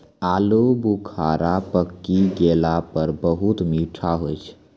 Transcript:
आलू बुखारा पकी गेला पर बहुत मीठा होय छै